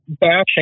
bashing